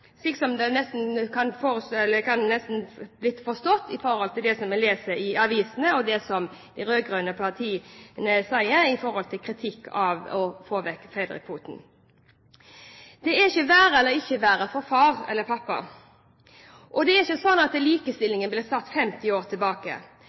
slik det nesten kan forstås av det vi leser i avisene, og det som de rød-grønne partiene sier i forhold til kritikk av fedrekvoten. Det er ikke et være eller et ikke være for far. Det er ikke slik at